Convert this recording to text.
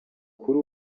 kuri